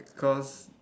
because